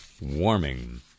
warming